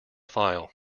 file